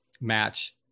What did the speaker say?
match